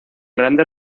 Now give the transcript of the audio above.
grandes